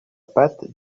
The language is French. pâte